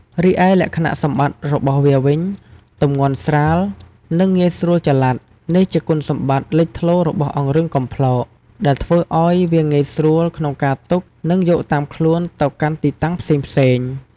រីឯលក្ខណៈសម្បត្តិរបស់វាវិញ ទម្ងន់ស្រាល និងងាយស្រួលចល័ត នេះជាគុណសម្បត្តិលេចធ្លោរបស់អង្រឹងកំប្លោក ដែលធ្វើឲ្យវាងាយស្រួលក្នុងការទុក និងយកតាមខ្លួនទៅកាន់ទីតាំងផ្សេងៗ។